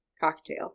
cocktail